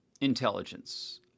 intelligence